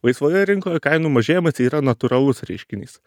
laisvoje rinkoje kainų mažėjimas yra natūralus reiškinys